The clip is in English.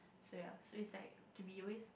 so ya so it's like to be always